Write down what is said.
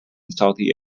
salty